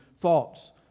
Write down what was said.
thoughts